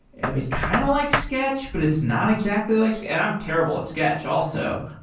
i mean, it's kind of like sketch, but it's not exactly like sketch. i'm terrible at sketch also.